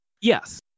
Yes